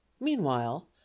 meanwhile